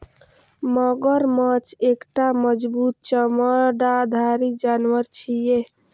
मगरमच्छ एकटा मजबूत चमड़ाधारी जानवर छियै